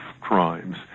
crimes